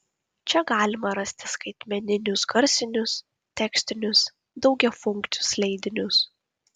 čia galima rasti skaitmeninius garsinius tekstinius daugiafunkcius leidinius